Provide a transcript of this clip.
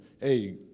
hey